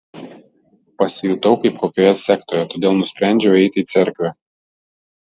pasijutau kaip kokioje sektoje todėl nusprendžiau eiti į cerkvę